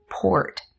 port